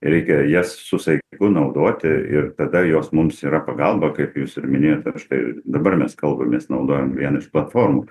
reikia jas su saiku naudoti ir tada jos mums yra pagalba kaip jūs ir minėjote štai dabar mes kalbamės naudojam vieną iš platformų